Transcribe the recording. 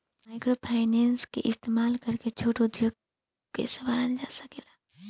microfinance के इस्तमाल करके छोट उद्योग के सवारल जा सकेला